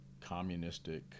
communistic